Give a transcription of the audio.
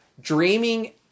Dreaming